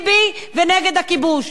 "ביבי" ו"נגד הכיבוש".